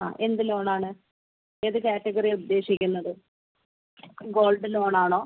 അ എന്ത് ലോണാണ് ഏതു കാറ്റഗറിയാണ് ഉദ്ദേശിക്കുന്നത് ഗോൾഡ് ലോണാണോ